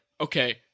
Okay